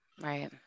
Right